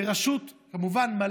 כמובן בראשות מל"ג,